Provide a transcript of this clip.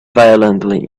violently